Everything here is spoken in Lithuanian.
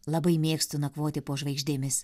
labai mėgstu nakvoti po žvaigždėmis